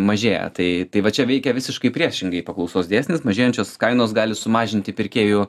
mažėja tai tai va čia veikia visiškai priešingai paklausos dėsnis mažėjančios kainos gali sumažinti pirkėjų